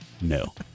No